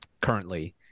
currently